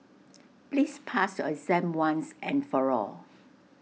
please pass your exam once and for all